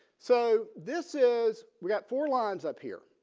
so this is we've got four lines up here.